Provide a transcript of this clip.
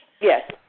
Yes